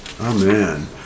Amen